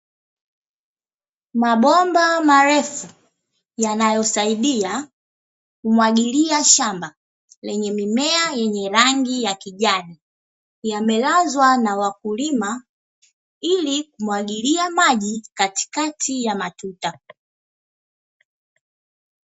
Mabomba marefu yanayosaidia kumwagilia shamba lenye mimea yenye rangi ya kijani, yamelazwa na wakulima ili kumwagilia maji katikati ya matuta.